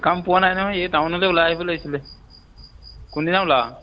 কাম পোৱা নাই নহয় এই টাউনলৈ ওলাই আহিব লাগিছিলে কোনদিনা ওলাৱা